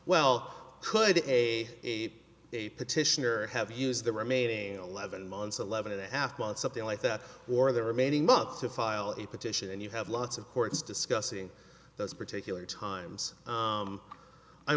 well could a eight a petitioner have used the remaining eleven months eleven and a half months something like that or the remaining months to file a petition and you have lots of courts discussing those particular times